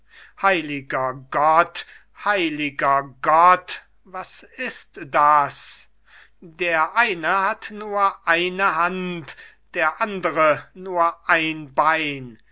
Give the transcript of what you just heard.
heiliger gott heiliger gott was ist das der eine hat nur eine hand der andere nur ein bein